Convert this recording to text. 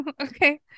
Okay